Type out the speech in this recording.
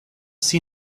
see